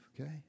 okay